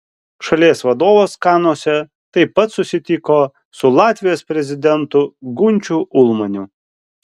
šalies vadovas kanuose taip pat susitiko su latvijos prezidentu gunčiu ulmaniu